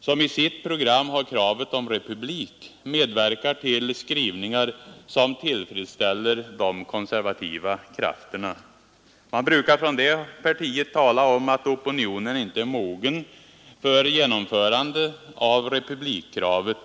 som i sitt program har kravet på republik, medverkar till skrivningar som tillfredsställer de konservativa krafterna. Man brukar från det partiet tala om att opinionen inte är mogen för genomförande av republikkravet.